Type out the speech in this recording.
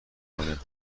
کنه